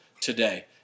today